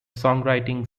songwriting